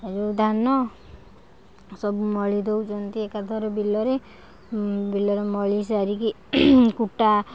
ଆଉ ଧାନ ସବୁ ମଳି ଦେଉଛନ୍ତି ଏକାଥରେ ବିଲରେ ବିଲରେ ମଳି ସାରିକି କୁଟା